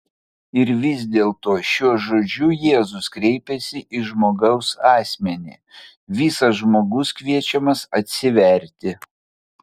ir vis dėlto šiuo žodžiu jėzus kreipiasi į žmogaus asmenį visas žmogus kviečiamas atsiverti